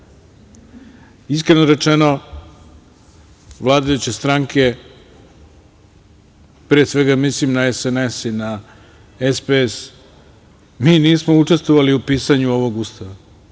Iskreno rečeno, vladajuće stranke, pre svega mislim na SNS i SPS, mi nismo učestvovali u pisanju ovog Ustava.